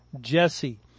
Jesse